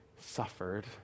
suffered